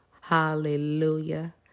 Hallelujah